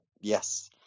Yes